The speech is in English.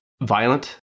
violent